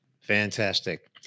Fantastic